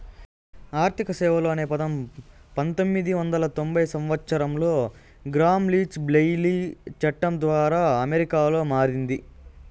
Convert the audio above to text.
ఆర్థిక సేవలు అనే పదం పంతొమ్మిది వందల తొంభై సంవచ్చరంలో గ్రామ్ లీచ్ బ్లెయిలీ చట్టం ద్వారా అమెరికాలో మారింది